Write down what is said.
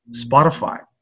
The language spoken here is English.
Spotify